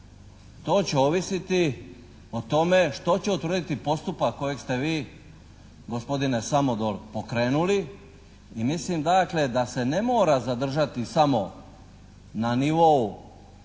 To će ovisiti o tome što će utvrditi postupak kojeg ste vi gospodine Samodol pokrenuli i mislim dakle da se ne mora zadržati samo na nivou